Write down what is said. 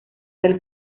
del